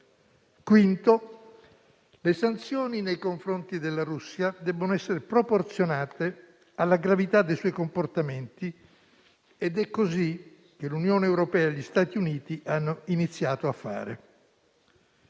punto: le sanzioni nei confronti della Russia devono essere proporzionate alla gravità dei suoi comportamenti, ed è così che l'Unione europea e gli Stati Uniti hanno iniziato a fare.